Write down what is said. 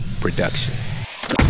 production